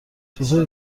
چطور